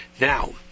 Now